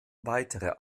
weitere